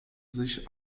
sich